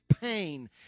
pain